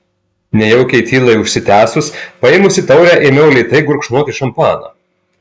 nejaukiai tylai užsitęsus paėmusi taurę ėmiau lėtai gurkšnoti šampaną